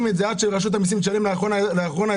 את זה עד שרשות המסים תשלם לאחרון האזרחים,